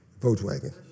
Volkswagen